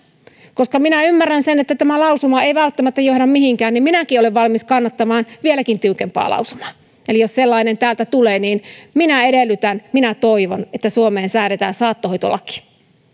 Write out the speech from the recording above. koska minä ymmärrän sen että tämä lausuma ei välttämättä johda mihinkään niin minäkin olen valmis kannattamaan vieläkin tiukempaa lausumaa eli jos sellainen täältä tulee niin minä edellytän minä toivon että suomeen säädetään saattohoitolaki